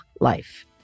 life